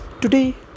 today